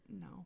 no